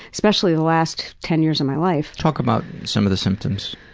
especially the last ten years of my life. talk about some of the symptoms.